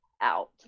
Out